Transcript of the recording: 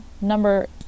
number